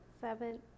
seven